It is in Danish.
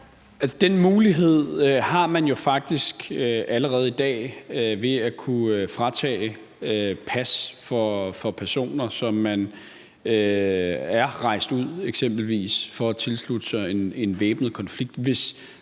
Den mulighed har man jo faktisk allerede i dag ved at kunne tage pas fra personer, som eksempelvis er rejst ud for at tilslutte sig en væbnet konflikt,